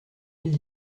mille